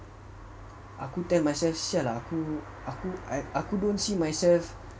aku tell myself [sial] ah aku aku aku don't see myself